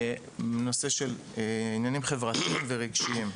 נושא של עניינים חברתיים ורגשיים.